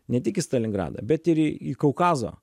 ne tik į stalingradą bet ir į į kaukazo